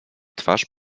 twarz